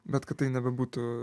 bet kad tai nebebūtų